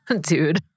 dude